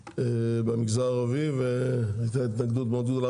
במגזר הערבי והייתה התנגדות מאוד גדולה.